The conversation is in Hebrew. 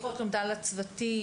עוד לומדה לצוותים.